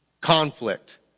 Conflict